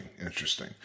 Interesting